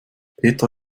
petra